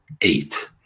eight